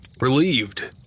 relieved